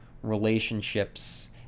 Relationships